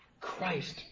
Christ